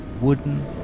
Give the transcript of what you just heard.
wooden